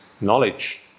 knowledge